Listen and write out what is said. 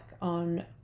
on